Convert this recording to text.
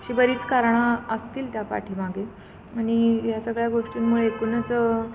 अशी बरीच कारणं असतील त्या पाठीमागे आणि या सगळ्या गोष्टींमुळे एकूणच